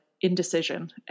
indecision